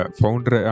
founder